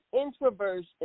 introversion